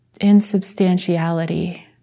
Insubstantiality